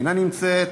אינה נמצאת,